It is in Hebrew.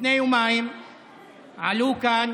לפני יומיים עלו לכאן